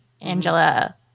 Angela